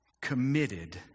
committed